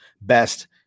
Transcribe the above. best